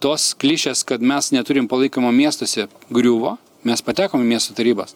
tos klišės kad mes neturim palaikymo miestuose griuvo mes patekom į miestų tarybas